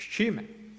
S čime?